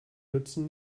nützen